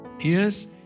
yes